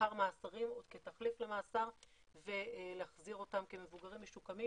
לאחר מאסרים או כתחליף למאסר ולהחזיר אותם כמבוגרים משוקמים,